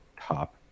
top